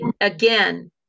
again